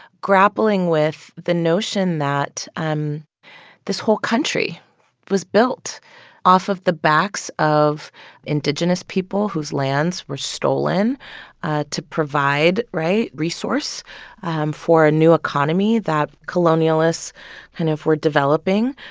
grappling with the notion that um this whole country was built off of the backs of indigenous people whose lands were stolen to provide right? resource for a new economy that colonialists kind of were developing,